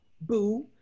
Boo